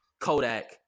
Kodak